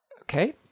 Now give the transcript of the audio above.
Okay